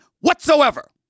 whatsoever